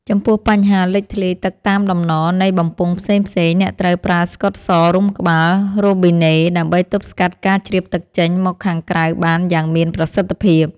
ចំពោះបញ្ហាលេចធ្លាយទឹកតាមដំណនៃបំពង់ផ្សេងៗ អ្នកត្រូវប្រើស្កុតសរុំក្បាលរ៉ូប៊ីណេដើម្បីទប់ស្កាត់ការជ្រាបទឹកចេញមកខាងក្រៅបានយ៉ាងមានប្រសិទ្ធភាព។